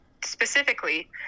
specifically